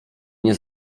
nie